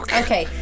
okay